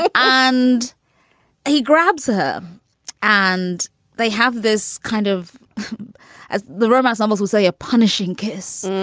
and and he grabs her and they have this kind of as the robot's almost all say, a punishing kiss.